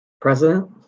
President